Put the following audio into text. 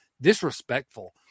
disrespectful